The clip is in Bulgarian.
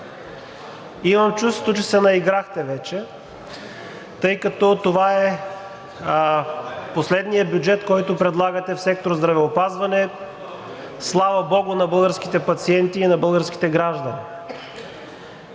Имам чувството, че се наиграхте вече, тъй като това е последният бюджет, който предлагате в сектор „Здравеопазване“, слава богу, на българските пациенти и на българските граждани.